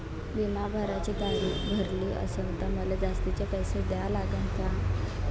बिमा भराची तारीख भरली असनं त मले जास्तचे पैसे द्या लागन का?